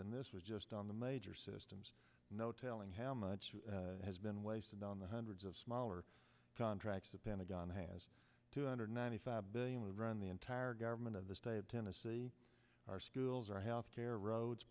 and this was just on the major systems no telling how much has been wasted on the hundreds of smaller contracts the pentagon has two hundred ninety five billion would run the entire government of the state of tennessee our schools our health care roads